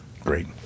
Great